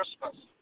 Christmas